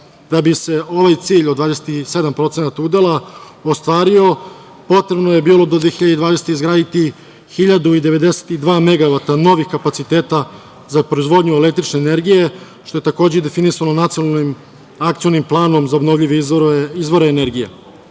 Da bi se ovaj cilj od 27% udela ostvario potrebno je bilo do 2020. godine izgraditi 1.092 megavata novih kapaciteta za proizvodnju električne energije, što je takođe i definisano u nacionalnim akcionim planom za obnovljive izvore energije. Mi